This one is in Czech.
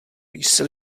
jsi